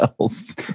else